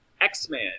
X-Men